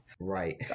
Right